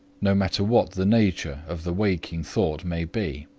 no matter what the nature of the waking thought may be.